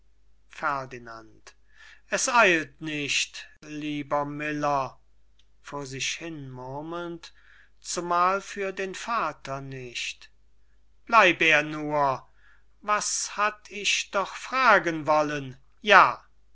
nehmen ferdinand es eilt nicht lieber miller vor sich hinmurmelnd zumal für den vater nicht bleib er nur was hatt ich doch fragen wollen ja